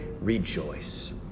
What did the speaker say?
rejoice